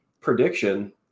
prediction